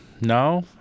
No